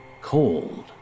Cold